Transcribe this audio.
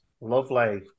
Lovely